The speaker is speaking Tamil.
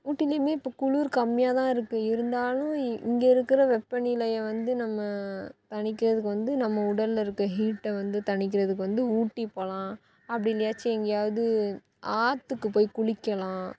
ஊட்டிலியுமே இப்போது குளுர் கம்மியாக தான் இருக்குது இருந்தாலும் இங்கே இருக்கிற வெப்பநிலையை வந்து நம்ம தணிக்கிறதுக்கு வந்து நம்ம உடலில் இருக்கற ஹீட்டை வந்து தணிக்கிறதுக்கு வந்து ஊட்டி போகலாம் அப்படி இல்லையாச்சு எங்கேயாது ஆற்றுக்கு போய் குளிக்கலாம்